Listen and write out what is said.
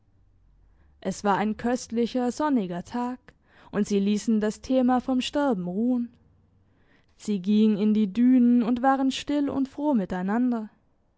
es war ein köstlicher sonniger tag und sie liessen das thema vom sterben ruhen sie gingen in die dünen und waren still und froh miteinander